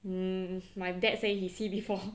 um my dad say he see before